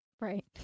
Right